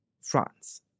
France